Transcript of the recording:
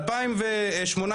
2018